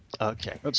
Okay